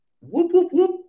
whoop-whoop-whoop